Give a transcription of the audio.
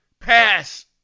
pass